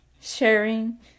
sharing